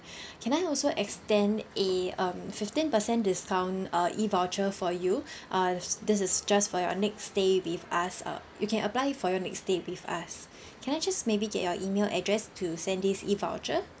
can I also extend a um fifteen percent discount uh e voucher for you uh this is just for your next stay with us uh you can apply for your next stay with us can I just maybe get your email address to send this e voucher